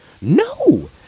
no